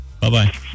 Bye-bye